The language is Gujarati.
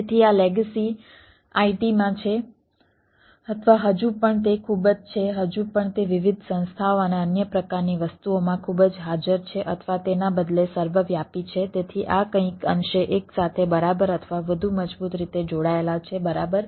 તેથી આ લેગસી IT માં છે અથવા હજુ પણ તે ખૂબ જ છે હજુ પણ તે વિવિધ સંસ્થાઓ અને અન્ય પ્રકારની વસ્તુઓમાં ખૂબ જ હાજર છે અથવા તેના બદલે સર્વવ્યાપી છે તેથી આ કંઈક અંશે એકસાથે બરાબર અથવા વધુ મજબૂત રીતે જોડાયેલા છે બરાબર